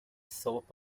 soap